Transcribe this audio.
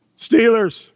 Steelers